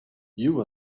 you